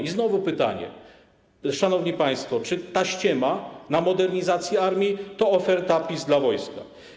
I znowu pytanie, szanowni państwo, czy ta ściema na modernizację armii to oferta PiS dla wojska.